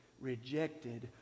rejected